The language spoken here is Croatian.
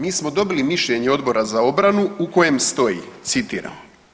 Mi smo dobili mišljenje Odbora za obranu u kojem stoji, citiram.